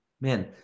man